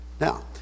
now